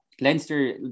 Leinster